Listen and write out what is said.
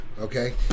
Okay